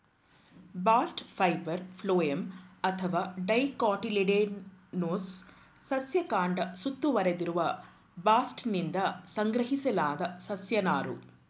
bast fibre phloem ಅಥವಾ dicotyledonous ಸಸ್ಯ ಕಾಂಡ ಸುತ್ತುವರೆದಿರುವ ಬಾಸ್ಟ್ನಿಂದ ಸಂಗ್ರಹಿಸಲಾದ ಸಸ್ಯ ನಾರು